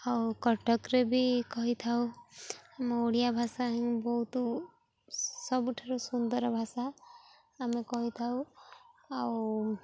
ଆଉ କଟକରେ ବି କହିଥାଉ ଆମ ଓଡ଼ିଆ ଭାଷା ହି ବହୁତ ସବୁଠାରୁ ସୁନ୍ଦର ଭାଷା ଆମେ କହିଥାଉ ଆଉ